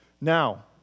Now